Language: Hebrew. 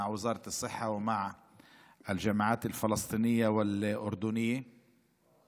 משרד הבריאות ועם האוניברסיטאות הפלסטיניות והירדניות,